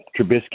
Trubisky